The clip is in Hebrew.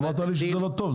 אבל אמרת לי שזה לא טוב,